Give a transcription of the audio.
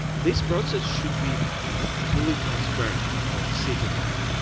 this process should be fully transparent for citizens.